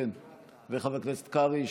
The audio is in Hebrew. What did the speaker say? וחבר הכנסת קרעי,